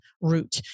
route